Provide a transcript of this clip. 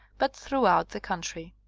but throughout the country.